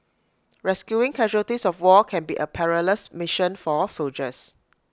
rescuing casualties of war can be A perilous mission for soldiers